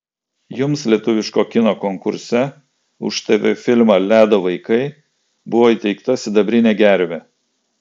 jums lietuviško kino konkurse už tv filmą ledo vaikai buvo įteikta sidabrinė gervė